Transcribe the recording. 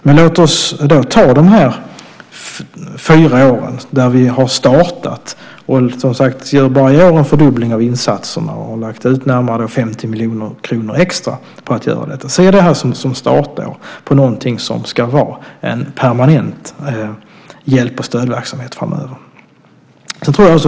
Men låt oss då se dessa fyra år då vi har startat - vi gör varje år en fördubbling av insatserna, och vi har lagt ut närmare 50 miljoner kronor extra på att göra detta - som starten på något som ska vara en permanent hjälp och stödverksamhet framöver.